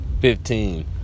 Fifteen